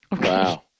Wow